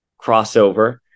crossover